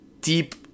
deep